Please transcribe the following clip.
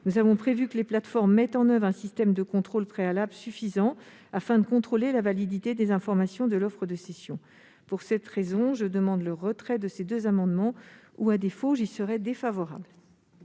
Nous avons prévu que les plateformes mettent en oeuvre un système de contrôle préalable suffisant afin de vérifier la validité des informations de l'offre de cession. Pour ces raisons, je demande le retrait de ces deux amendements ; à défaut, j'y serai défavorable.